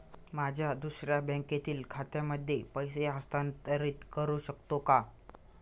माझ्या दुसऱ्या बँकेतील खात्यामध्ये पैसे हस्तांतरित करू शकतो का?